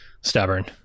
stubborn